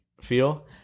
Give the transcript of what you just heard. feel